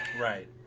Right